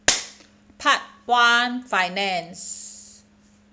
part one finance